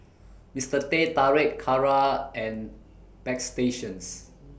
Mister Teh Tarik Kara and Bagstationz